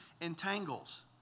entangles